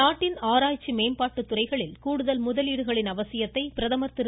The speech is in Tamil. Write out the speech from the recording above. நாட்டின் ஆராய்ச்சி மேம்பாட்டு துறைகளில் கூடுதல் முதலீடுகளின் அவசியத்தை பிரதமர் திரு